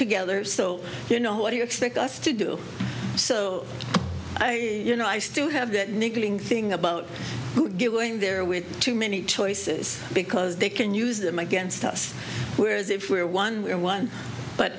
together so you know what do you expect us to do so you know i still have that niggling thing about to get going there with too many choices because they can use them against us whereas if we're one we're one but